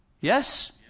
Yes